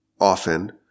often